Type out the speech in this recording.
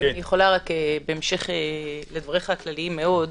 אני מבקשת, בהמשך לדבריך הכלליים מאוד,